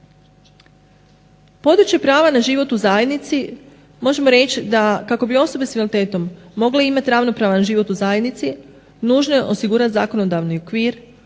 Područje prava na život u zajednici možemo reći da kako bi osobe sa invaliditetom mogle imati ravnopravan život u zajednici nužno je osigurati zakonodavni okvir,